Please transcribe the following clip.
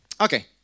Okay